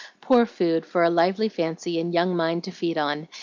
poor food for a lively fancy and young mind to feed on,